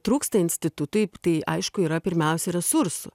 trūksta institutui tai aišku yra pirmiausia resursų